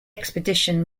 expedition